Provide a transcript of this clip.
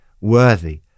worthy